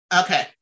okay